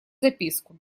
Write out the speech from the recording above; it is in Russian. записку